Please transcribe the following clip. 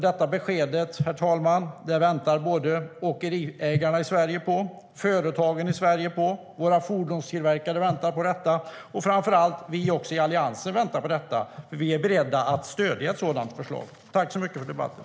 Detta besked väntar åkeriägarna, företagen och fordonstillverkarna i Sverige på. Framför allt väntar vi i Alliansen på detta, för vi är beredda att stödja ett sådant förslag. Jag tackar för debatten.